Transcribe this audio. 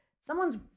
Someone's